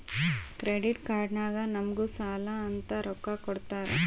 credit card ನಾಗ್ ನಮುಗ್ ಸಾಲ ಅಂತ್ ರೊಕ್ಕಾ ಕೊಡ್ತಾರ್